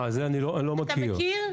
אתה מכיר?